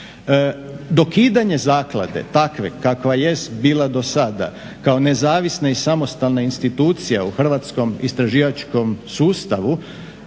Dokidanje zaklade takve kakva jest bila do sada kao nezavisna i samostalna institucija u hrvatskom istraživačkom sustavu